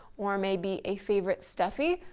or maybe a favorite stuffy.